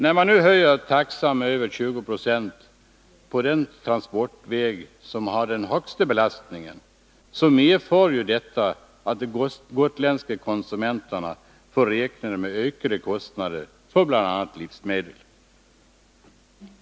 När man nu höjer taxan med över 20 96 på den transportväg som har den högsta belastningen, så medför detta att de gotländska konsumenterna får räkna med ökade kostnader på bl.a. livsmedel.